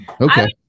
Okay